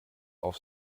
auf